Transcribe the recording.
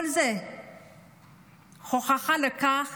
כל זה הוכחה לכך